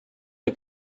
der